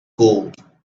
gold